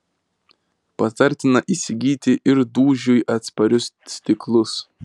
patartina įsigyti ir dūžiui atsparius stiklus